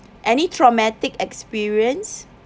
any traumatic experience